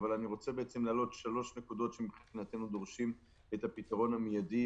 אבל אני רוצה להעלות שלוש נקודות שמבחינתנו דורשות את הפתרון המידי,